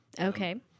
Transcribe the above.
Okay